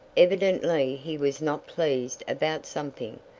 evidently he was not pleased about something.